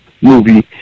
movie